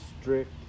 strict